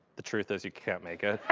the truth is you can't make it.